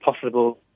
possible